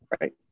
right